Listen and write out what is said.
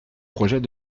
projets